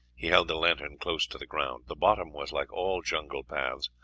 he held the lantern close to the ground the bottom was, like all jungle paths,